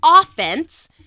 offense